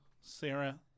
Sarah